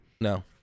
no